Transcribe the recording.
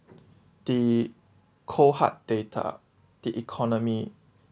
the cohort data the economy